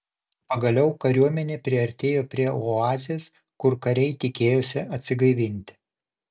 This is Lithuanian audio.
pagaliau kariuomenė priartėjo prie oazės kur kariai tikėjosi atsigaivinti